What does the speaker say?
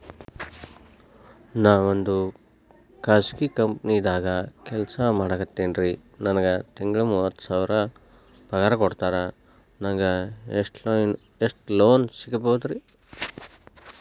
ನಾವೊಂದು ಖಾಸಗಿ ಕಂಪನಿದಾಗ ಕೆಲ್ಸ ಮಾಡ್ಲಿಕತ್ತಿನ್ರಿ, ನನಗೆ ತಿಂಗಳ ಮೂವತ್ತು ಸಾವಿರ ಪಗಾರ್ ಕೊಡ್ತಾರ, ನಂಗ್ ಎಷ್ಟು ಲೋನ್ ಸಿಗಬೋದ ರಿ?